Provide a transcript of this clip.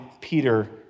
Peter